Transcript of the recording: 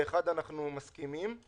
לאחד אנחנו מסכימים,